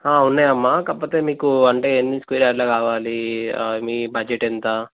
ఉన్నాయి అమ్మా కాకపోతే మీకు అంటే ఎన్ని స్క్వేర్ యార్డ్లు కావాలి మీ బడ్జెట్ ఎంత